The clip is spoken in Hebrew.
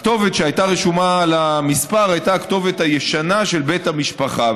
הכתובת שהייתה רשומה על המספר הייתה הכתובת הישנה של בית המשפחה,